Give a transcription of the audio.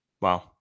Wow